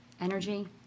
energy